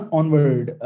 onward